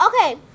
Okay